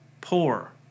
poor